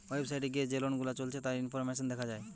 website এ গিয়ে যে লোন গুলা চলছে তার ইনফরমেশন দেখা যায়